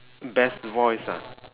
best voice ah